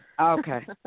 Okay